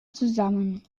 zusammen